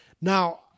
Now